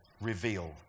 reveal